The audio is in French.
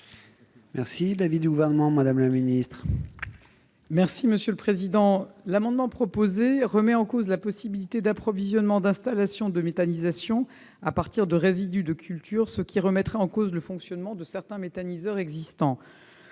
est l'avis du Gouvernement ? L'amendement proposé remet en cause la possibilité d'approvisionnement d'installations de méthanisation à partir de résidus de culture, ce qui remettrait en cause le fonctionnement de certains méthaniseur existants.